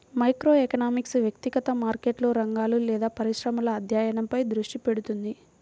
microeconomics వ్యక్తిగత మార్కెట్లు, రంగాలు లేదా పరిశ్రమల అధ్యయనంపై దృష్టి పెడుతుంది